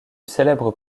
célèbre